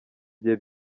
gihe